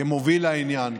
כמוביל העניין,